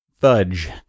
Fudge